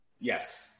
Yes